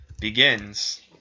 begins